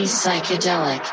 psychedelic